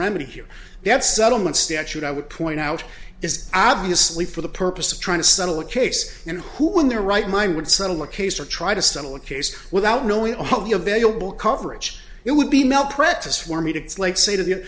here that settlement statute i would point out is obviously for the purpose of trying to settle a case and who in their right mind would settle a case or try to settle a case without knowing all of the available coverage it would be malpractise for me to it's like say t